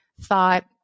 thought